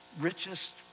richest